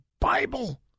Bible